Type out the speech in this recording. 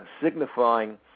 signifying